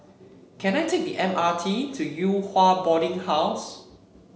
can I take the M R T to Yew Hua Boarding House